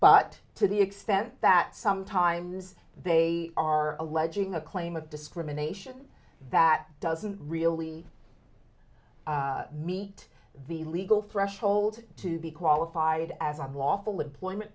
but to the extent that sometimes they are alleging a claim of discrimination that doesn't really meet the legal threshold to be qualified as on lawful employment